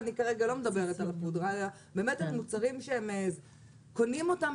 ואני כרגע לא מדברת על --- באמת על מוצרים שקונים אותם